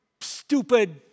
stupid